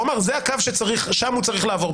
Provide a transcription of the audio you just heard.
הוא אמר ששם הקו צריך לעבור,